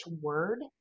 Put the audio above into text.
word